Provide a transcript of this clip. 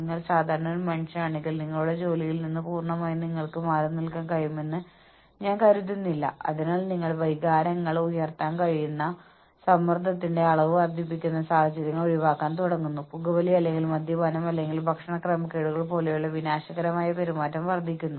നിങ്ങൾ ജോലി വിശകലനം ചെയ്യുക വിവരണങ്ങൾ എഴുതുക ജോലിയുടെ പ്രത്യേകതകൾ നിർണ്ണയിക്കുക നഷ്ടപരിഹാരം നൽകാവുന്ന ഘടകങ്ങൾ ഉപയോഗിച്ച് മുൻകൂട്ടി നിശ്ചയിച്ച സിസ്റ്റം ഉപയോഗിച്ച് എല്ലാ ജോലികളുടെയും മൂല്യം വിലയിരുത്തുന്നതിന് നിങ്ങൾ ആദ്യം ജോലി വിശകലനം നടത്തുന്നു